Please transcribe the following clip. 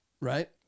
right